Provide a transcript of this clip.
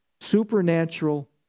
Supernatural